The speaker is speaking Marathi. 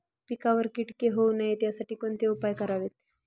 पिकावर किटके होऊ नयेत यासाठी कोणते उपाय करावेत?